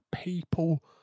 people